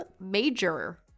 major